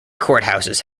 courthouses